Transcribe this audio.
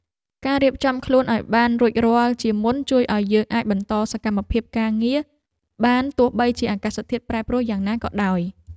ការរៀបចំខ្លួនឱ្យបានរួចរាល់ជាមុនជួយឱ្យយើងអាចបន្តសកម្មភាពការងារបានទោះបីជាអាកាសធាតុប្រែប្រួលយ៉ាងណាក៏ដោយ។